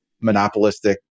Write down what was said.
monopolistic